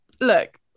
look